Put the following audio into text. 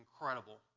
incredible